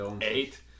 eight